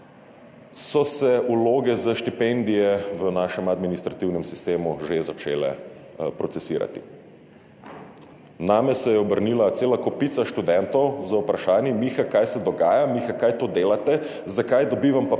so se vloge za štipendije v našem administrativnem sistemu že začele procesirati. Name se je obrnila cela kopica študentov z vprašanji: »Miha, kaj se dogaja? Miha, kaj to delate? Zakaj dobivam